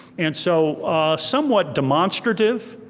and so somewhat demonstrative,